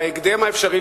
בהקדם האפשרי,